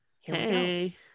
Hey